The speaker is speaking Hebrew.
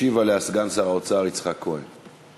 ישיב סגן שר האוצר יצחק כהן.